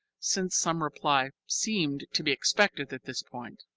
since some reply seemed to be expected at this point.